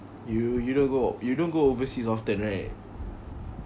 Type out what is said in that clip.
you you don't go you don't go overseas often right